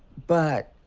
but.